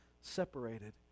separated